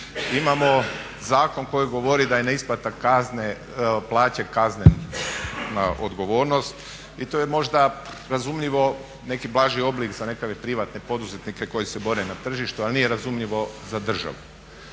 Imamo zakon koji kaže da je neisplata plaće kaznena dogovornost i to je možda razumljivo neki blaži oblik za nekakve privatne poduzetnike koji se bore na tržištu ali nije razumljivo za državu.